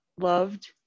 loved